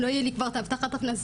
לא יהיה לי כבר את הבטחת הכנסה,